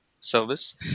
service